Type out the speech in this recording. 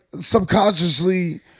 subconsciously